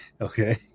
Okay